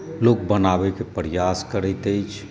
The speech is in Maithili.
लोक बनाबयके प्रयास करैत अछि